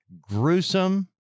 gruesome